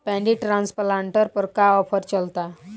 Paddy transplanter पर का offer चलता?